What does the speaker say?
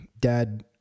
Dad